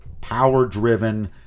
power-driven